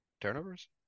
turnovers